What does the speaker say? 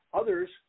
Others